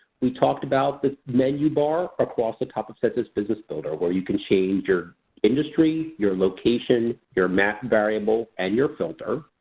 we talked about the menu bar across the top of census business builder where you can change your industry, your location, your map variable and your filter.